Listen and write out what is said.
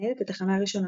מנהלת התחנה הראשונה.